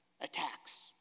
attacks